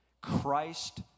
Christ